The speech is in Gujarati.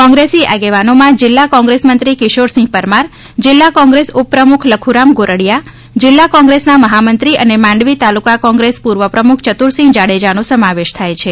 કોંગ્રેસી આગેવાનોમાં જિલ્લા કોંગ્રેસ મંત્રી કિશોરસિંહ પરમાર જિલ્લા કોંગ્રેસ ઉપપ્રમુખ લખુરામ ગોરડીયા જિલ્લા કોંગ્રેસના મહામંત્રી અને માંડવી તાલુકા કોંગ્રેસ પૂર્વ પ્રમુખ યતુરસિંહ જાડેજાનો સમાવેશ થાય છે